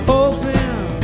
Hoping